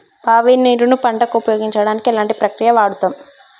బావి నీరు ను పంట కు ఉపయోగించడానికి ఎలాంటి ప్రక్రియ వాడుతం?